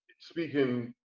speaking